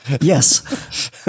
yes